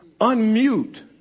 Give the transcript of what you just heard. unmute